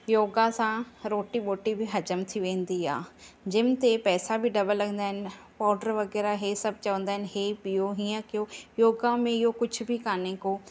योगा सां रोटी वोटी बि हज़मि थी वेंदी आहे जिम ते पैसा बि डबल लॻंदा आहिनि पाउडर वग़ैरह इहे सभु चवंदा आहिनि इहे पीओ हीअं कयो योगा में इहो कुझु बि काने को